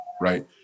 right